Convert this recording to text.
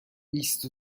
بیست